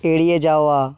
এড়িয়ে যাওয়া